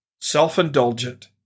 self-indulgent